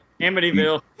Amityville